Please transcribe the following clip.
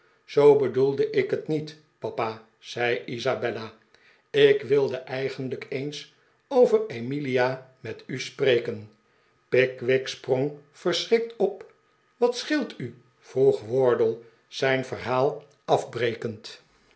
zoo bedoelde ik het niet papa zei isabella ik wilde eigenlijk eens over emilia met u spreken pickwick sprong verschrikt op wat scheelt u vroeg wardle zijn verhaal afbrekend